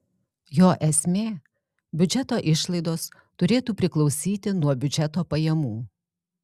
jo esmė biudžeto išlaidos turėtų priklausyti nuo biudžeto pajamų